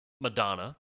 madonna